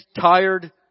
tired